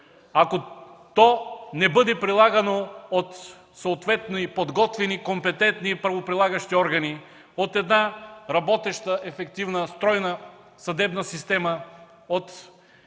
Ако то не бъде прилагано от съответни подготвени, компетентни правоприлагащи органи, от една работеща, ефективна, стройна съдебна система,